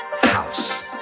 house